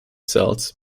cells